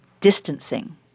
distancing